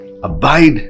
Abide